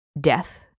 death